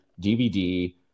DVD